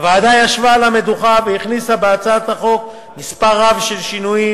הוועדה ישבה על המדוכה והכניסה בהצעת החוק מספר רב של שינויים.